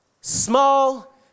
small